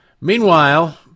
Meanwhile